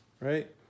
right